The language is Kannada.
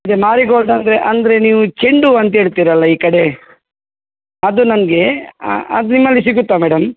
ಈಗ ಮಾರಿಗೋಲ್ಡ್ ಅಂದರೆ ಅಂದರೆ ನೀವು ಚೆಂಡು ಹೂವ್ ಅಂತ ಹೇಳ್ತೀರಲ್ಲ ಈ ಕಡೆ ಅದು ನನ್ಗೆ ಅದು ನಿಮ್ಮಲ್ಲಿ ಸಿಗುತ್ತಾ ಮೇಡಮ್